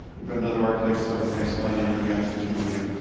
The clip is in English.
we've got another architect starting next monday doing access review.